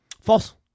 False